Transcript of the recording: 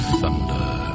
thunder